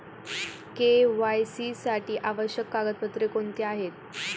KYC साठी आवश्यक कागदपत्रे कोणती आहेत?